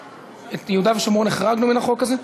את יהודה ושומרון החרגנו מן החוק הזה?